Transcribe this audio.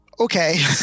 Okay